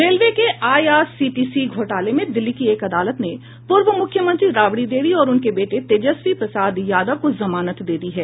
railway के IRCTC घोटाले में दिल्ली की एक अदालत ने पूर्व मुख्यमंत्री राबड़ी देवी और उनके बेटे तेजस्वी प्रसाद यादव को जमानत दे दी है